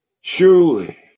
surely